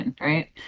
right